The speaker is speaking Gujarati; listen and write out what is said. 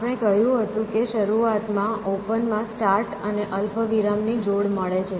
આપણે કહ્યું હતું કે શરૂઆતમાં ઓપન માં સ્ટાર્ટ અને અલ્પવિરામ ની જોડ મળે છે